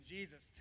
Jesus